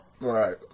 right